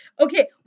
okay